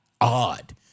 odd